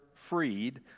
Freed